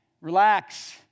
Relax